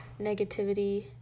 negativity